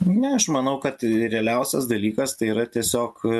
ne aš manau kad realiausias dalykas tai yra tiesiog